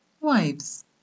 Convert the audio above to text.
Wives